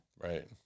Right